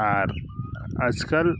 আর আজকাল